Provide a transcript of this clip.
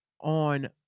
on